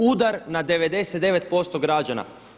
Udar na 99% građana.